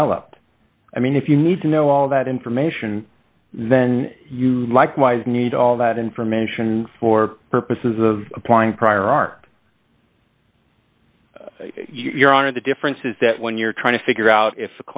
developed i mean if you need to know all that information then you likewise need all that information for purposes of applying prior art your honor the difference is that when you're trying to figure out if